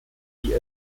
die